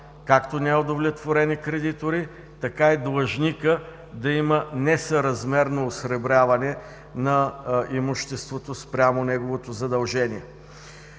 както неудовлетворени кредитори, така и длъжникът да има несъразмерно осребряване на имуществото спрямо неговото задължение.